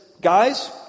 guys